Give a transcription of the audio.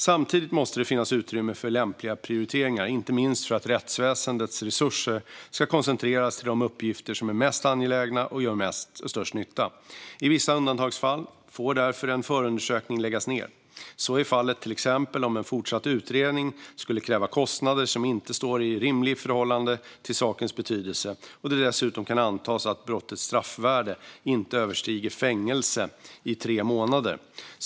Samtidigt måste det finnas utrymme för lämpliga prioriteringar, inte minst för att rättsväsendets resurser ska koncentreras till de uppgifter som är mest angelägna och gör störst nytta. I vissa undantagsfall får därför en förundersökning läggas ned. Så är fallet till exempel om en fortsatt utredning skulle kräva kostnader som inte står i rimligt förhållande till sakens betydelse och det dessutom kan antas att brottets straffvärde inte överstiger fängelse i tre månader.